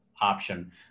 option